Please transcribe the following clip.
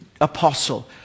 Apostle